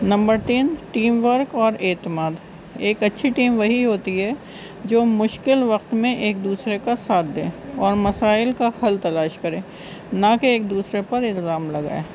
number تین teamwork اور اعتماد ایک اچھی ٹیم وہی ہوتی ہے جو مشکل وقت میں ایک دوسرے کا ساتھ دیں اور مسائل کا حل تلاش کریں نہ کہہ ایک دوسرے پر الزام لگائائے